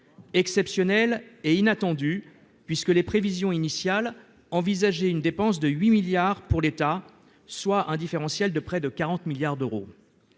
exceptionnelles et inattendues, puisque les prévisions initiales envisageaient une dépense de 8 milliards d'euros pour l'État, soit un différentiel de près de 40 milliards d'euros.